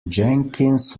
jenkins